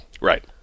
Right